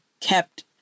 kept